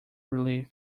relief